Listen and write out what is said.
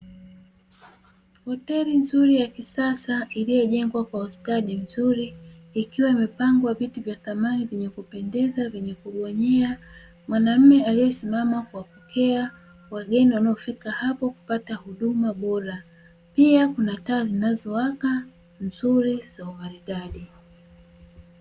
Hoteli nzuri ya kisasa iliyojengwa kwa ustadi mzuri ikiwa imepangwa viti vya samani vyenye kupendeza vyenye kubonyea, mwanaume aliyesimama kuwapokea wageni wanaokuja kuja hapo kupata huduma bora, pia kuna taa nzuri zinazowaka kwa umaridadi.